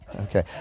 Okay